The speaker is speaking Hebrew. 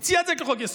הציע את זה כחוק-יסוד,